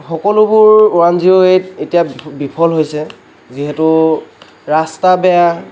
সকলোবোৰ one zero eight এতিয়া বি বিফল হৈছে যিহেতু ৰাস্তা বেয়া